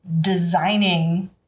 designing